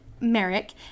Merrick